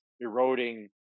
eroding